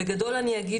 בגדול אני אגיד